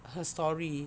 her story